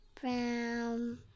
Brown